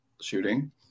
shooting